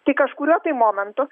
tai kažkuriuo tai momentu